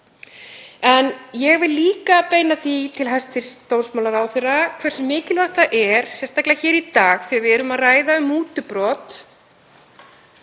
En ég vil líka beina því til hæstv. dómsmálaráðherra hversu mikilvægt það er, sérstaklega hér í dag þegar við erum að ræða um mútubrot,